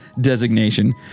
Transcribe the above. designation